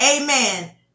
Amen